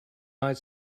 united